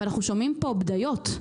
אנחנו שומעים פה בדיות,